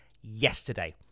yesterday